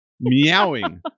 meowing